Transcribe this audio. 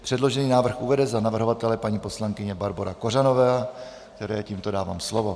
Předložený návrh uvede za navrhovatele paní poslankyně Barbora Kořanová, které tímto dávám slovo.